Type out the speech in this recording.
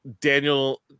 Daniel